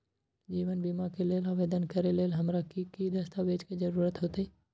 जीवन बीमा के लेल आवेदन करे लेल हमरा की की दस्तावेज के जरूरत होतई?